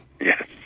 Yes